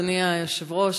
אדוני היושב-ראש,